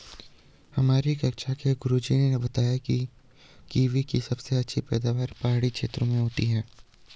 हमारी कक्षा के गुरुजी ने बताया कीवी की सबसे अधिक पैदावार पहाड़ी क्षेत्र में होती है